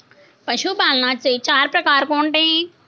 पशुपालनाचे चार प्रकार कोणते?